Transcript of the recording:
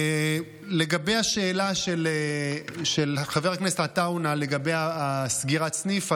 לגבי השאלה של חבר הכנסת עטאונה על סגירת סניף,